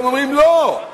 אתם אומרים: לא,